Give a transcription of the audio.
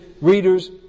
readers